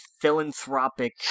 philanthropic